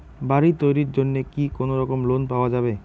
বাড়ি তৈরির জন্যে কি কোনোরকম লোন পাওয়া যাবে?